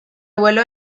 vuelo